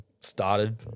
started